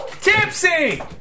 Tipsy